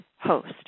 host